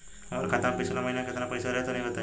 हमरा खाता मे पिछला महीना केतना पईसा रहे तनि बताई?